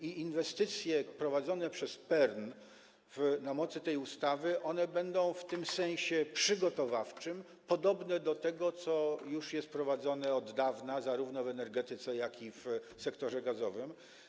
Inwestycje prowadzone przez PERN na mocy tej ustawy będą w tym sensie przygotowawczym podobne do tego, co już jest prowadzone od dawna zarówno w energetyce, jak i w sektorze gazowym.